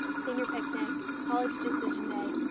senior picnic, college decision day,